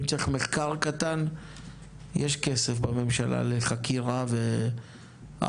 אם צריך לערוך מחקר יש כסף בממשלה לחקירה ולהערכה.